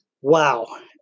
Wow